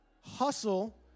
hustle